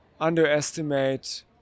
underestimate